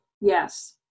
yes